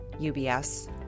UBS